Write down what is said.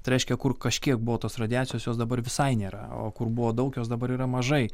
tai reiškia kur kažkiek buvo tos radiacijos jos dabar visai nėra o kur buvo daug jos dabar yra mažai